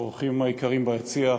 האורחים היקרים ביציע,